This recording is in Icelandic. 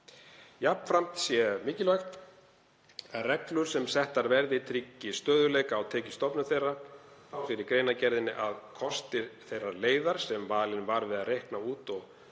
Jafnframt sé mikilvægt að reglur sem settar verði tryggi stöðugleika á tekjustofnum þeirra. Þá segir í greinargerðinni að kostir þeirrar leiðar sem valin var við að reikna út og